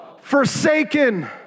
forsaken